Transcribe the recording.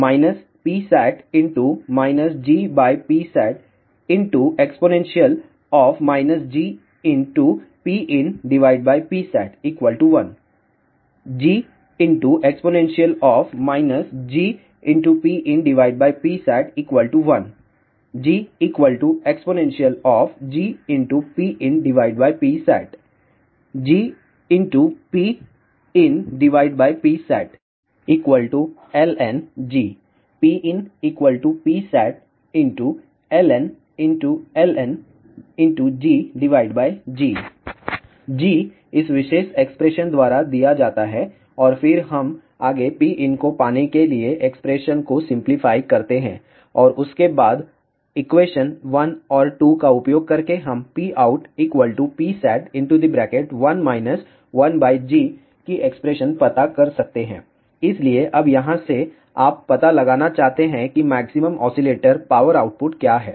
PoutPin1 Psat GPsatexp GPinPsat1 Gexp GPinPsat1 GexpGPinPsat GPinPsatlnG PinPsatln G G G इस विशेष expression द्वारा दिया जाता है और फिर हम आगे Pin को पाने के लिए एक्सप्रेशन को सिंपलीफाई करते हैं और उसके बाद एक्वेशन 1 और 2 का उपयोग करके हम PoutPsat1 1G की एक्सप्रेशन पता कर सकते हैं इसलिए अब यहां से आप पता लगाना चाहते हैं कि मैक्सिमम ऑसीलेटर पावर आउटपुट क्या है